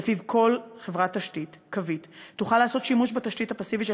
ולפיו כל חברת תשתית קווית תוכל לעשות שימוש בתשתית הפסיבית של